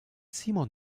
simon